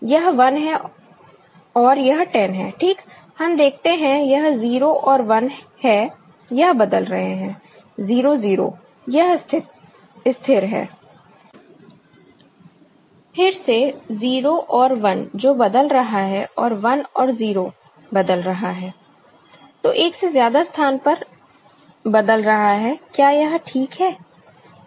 यह 1 है और यह 10 है ठीक हम देखते हैं यह 0 और 1 है यह बदल रहे हैं 0 0 यह स्थिर है फिर से 0 और 1 जो बदल रहा है और 1 और 0 बदल रहा है तो एक से ज्यादा स्थान पर बदल रहा है क्या यह ठीक है